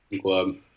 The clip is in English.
Club